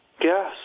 Yes